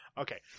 okay